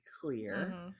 clear